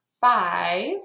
five